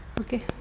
Okay